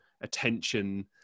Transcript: attention